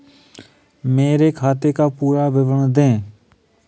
मेरे खाते का पुरा विवरण दे?